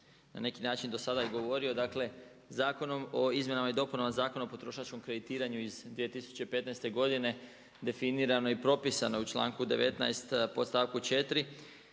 na neki način do sada i govorio. Dakle, Zakonom o izmjenama i dopunama Zakona o potrošačkom kreditiranju iz 2015. godine definirano je i propisano u članku 19. podstavku 4.